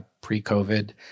pre-COVID